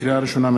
לקריאה ראשונה,